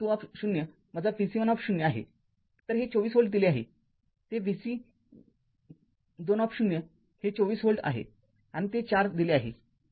तरहे २४ व्होल्ट दिले आहे ते vC२ हे २४ व्होल्ट आहे आणि ते ४ दिले आहे